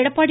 Edappadi